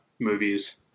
movies